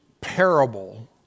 parable